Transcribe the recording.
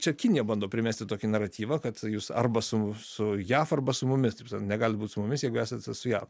čia kinija bando primesti tokį naratyvą kad jūs arba su su jav arba su mumis ta prasme negalit būti su mumis jeigu esate su jav